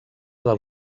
del